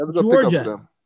Georgia